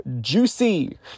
Juicy